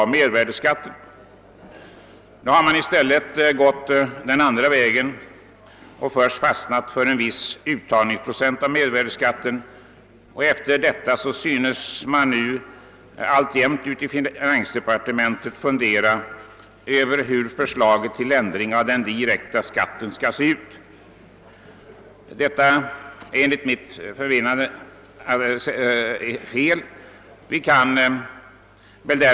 I stället har man gått den andra vägen och först fastställt en viss uttagsprocent för mervärdeskatten, och nu synes man alltjämt i finansdepartementet fundera över hur förslaget till ändring av den direkta skatten skall se ut. Enligt mitt förmenande är detta helt felaktigt.